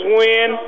win